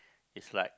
is like